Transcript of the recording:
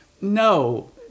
no